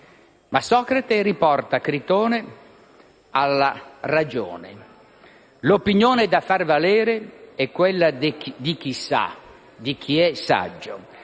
ma Socrate riporta Critone alla ragione. L'opinione da far valere è quella di chi sa, di chi è saggio.